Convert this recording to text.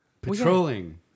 Patrolling